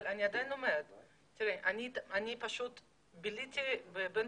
אבל אני עדיין אומרת שאני ביליתי בשדה התעופה בן